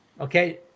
Okay